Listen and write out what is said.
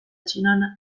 chinon